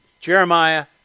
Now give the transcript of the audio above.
Jeremiah